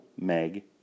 Meg